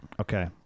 Okay